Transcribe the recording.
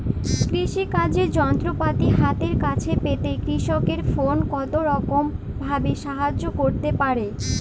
কৃষিকাজের যন্ত্রপাতি হাতের কাছে পেতে কৃষকের ফোন কত রকম ভাবে সাহায্য করতে পারে?